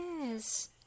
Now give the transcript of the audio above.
Yes